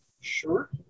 Sure